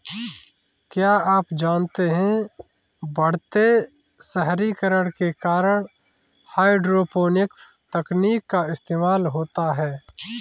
क्या आप जानते है बढ़ते शहरीकरण के कारण हाइड्रोपोनिक्स तकनीक का इस्तेमाल होता है?